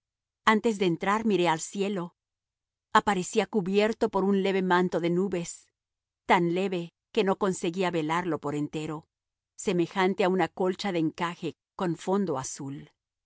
antes de entrar miré al cielo aparecía cubierto por un leve manto de nubes tan leve que no conseguía velarlo por entero semejante a una colcha de encaje con fondo azul